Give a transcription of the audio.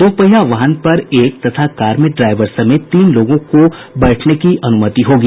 दो पहिया वाहन पर एक तथा कार में ड्राईवर समेत तीन लोगों को बैठने की अनुमति होगी